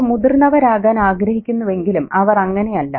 അവർ മുതിർന്നവരാകാൻ ആഗ്രഹിക്കുന്നുവെങ്കിലും അവർ അങ്ങനെയല്ല